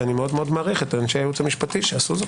ואני מאוד מעריך את אנשי הייעוץ המשפטי שעשו זאת.